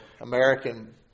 American